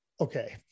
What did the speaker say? Okay